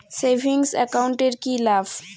Savings account এর কি লাভ?